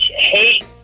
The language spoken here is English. hate